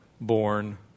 born